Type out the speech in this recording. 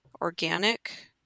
organic